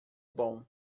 bom